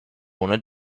owner